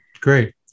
Great